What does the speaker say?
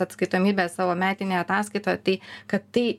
atskaitomybės savo metinėje ataskaitoje tai kad tai